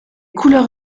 couleurs